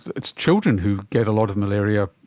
it's children who get a lot of malaria,